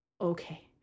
Okay